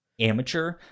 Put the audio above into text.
amateur